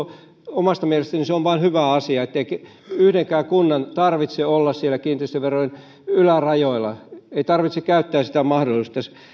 omasta mielestäni se on vain hyvä asia ettei yhdenkään kunnan tarvitse olla siellä kiinteistöverojen ylärajoilla ei tarvitse käyttää sitä mahdollisuutta